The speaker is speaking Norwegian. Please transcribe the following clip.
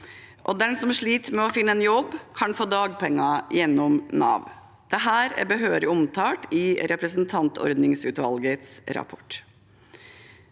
og den som sliter med å finne en jobb, kan få dagpenger gjennom Nav. Dette er behørig omtalt i representantordningsutvalgets rapport.